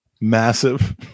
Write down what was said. massive